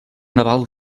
naval